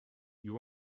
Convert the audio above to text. you